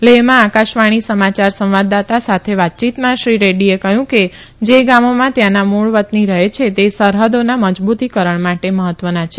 લેહમાં આકાશવાણી સમાચાર સંવાદદાતા સાથે વાતચીતમાં શ્રી રેડૃએ કહયું કે જે ગામોમાં ત્યાંના મુળ વતની રહે છે તે સરહદોના મજબુતીકરણ માટે મહત્વના છે